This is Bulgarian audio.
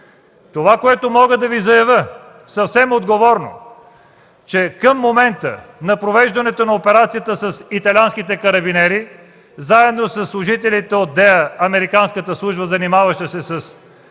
Това, което мога да Ви заявя съвсем отговорно, е, че към момента на провеждането на операцията с италианските карабинери заедно със служителите от американската служба, занимаваща се с наркотрафика,